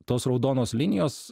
tos raudonos linijos